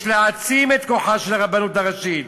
יש להעצים את כוחה של הרבנות הראשית,